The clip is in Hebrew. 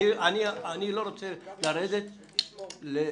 אני לא רוצה לרדת לפרים.